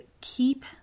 keep